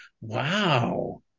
wow